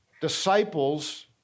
Disciples